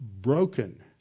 broken